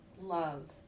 love